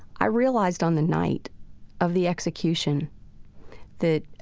i realized on the night of the execution that